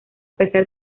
pesar